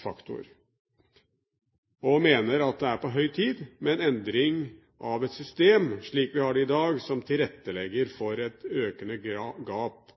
faktor. Høyre mener det er på høy tid med en endring av et system, slik vi har det i dag, som tilrettelegger for et økende gap